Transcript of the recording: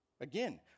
Again